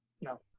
No